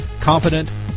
confident